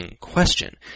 question